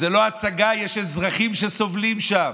זו לא הצגה, יש אזרחים שסובלים שם,